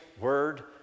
word